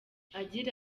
agira